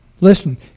Listen